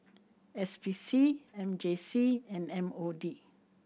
S P C M J C and M O D